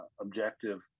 objective